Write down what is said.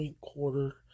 quarter